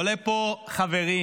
עולה פה חברי,